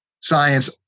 science